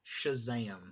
Shazam